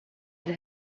had